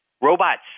robots